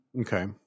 Okay